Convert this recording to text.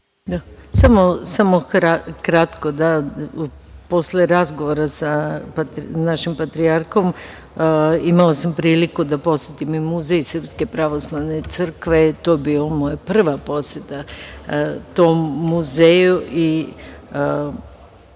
Samo kratko. Posle razgovora sa našim patrijarhom, imala sam priliku da posetim i Muzej Srpske pravoslavne crkve, to je bila moja prva poseta tom muzeju i